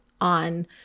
on